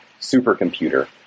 supercomputer